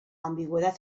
ambigüedad